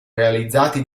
realizzati